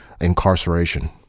incarceration